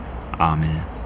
Amen